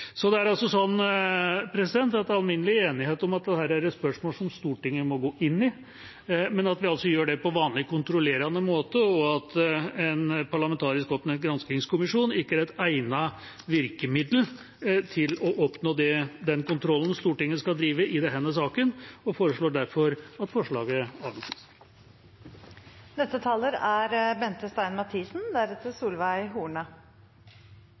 Det er altså alminnelig enighet om at dette er et spørsmål som Stortinget må gå inn i, men at vi gjør det på vanlig kontrollerende måte, og at en parlamentarisk oppnevnt granskingskommisjon ikke er et egnet virkemiddel til å oppnå den kontrollen Stortinget skal drive i denne saken. Det foreslås derfor at forslaget avvises. Høyre er